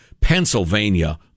Pennsylvania